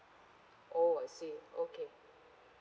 oh I see okay